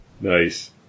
Nice